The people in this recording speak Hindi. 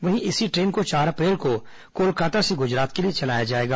वहीं इसी ट्रेन को चार अप्रैल को कोलकाता से गुजरात के लिए चलाया जाएगा